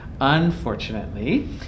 Unfortunately